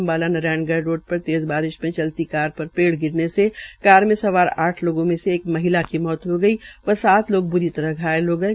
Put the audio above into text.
Ambala Naraingarh road पर तेज़ बारिश में चलती कार पर पेड़ गिरने से कार में सवार आठ लोगों में से एक महिला की मौत हो गई व सात लोग ब्री तरह से घायल हो गये